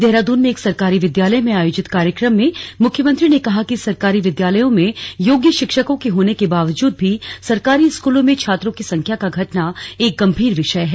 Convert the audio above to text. देहरादून के एक सरकारी विद्यालय में आयोजित कार्यक्रम में मुख्यमंत्री ने कहा कि सरकारी विद्यालयों में योग्य शिक्षकों के होने के बावजूद भी सरकारी स्कूलों में छात्रों की संख्या का घटना एक गंभीर विषय है